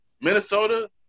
Minnesota